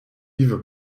yves